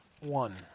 one